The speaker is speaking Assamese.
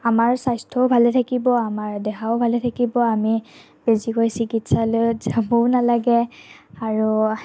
আমাৰ স্বাস্থ্যও ভালে থাকিব আমাৰ দেহাও ভালে থাকিব আমি বেছিকৈ চিকিৎসালয়ত যাবও নালাগে আৰু